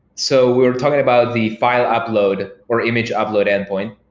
so we're talking about the file upload or image upload endpoint.